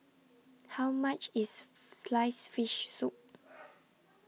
How much IS Sliced Fish Soup